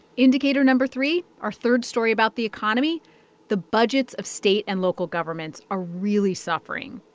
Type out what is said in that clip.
indicator no. three, our third story about the economy the budgets of state and local governments are really suffering.